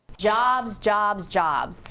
jobs, jobs, jobs.